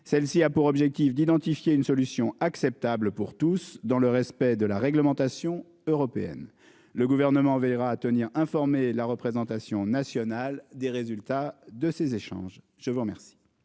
Celle-ci a pour objectif d'identifier une solution acceptable pour tous dans le respect de la réglementation européenne le gouvernement veillera à tenir informer la représentation nationale des résultats de ces échanges. Je vous remercie.